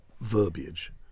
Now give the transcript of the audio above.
verbiage